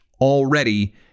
already